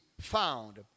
found